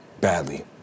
Badly